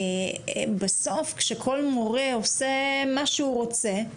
בסוף כשכל מורה עושה מה שהוא רוצה,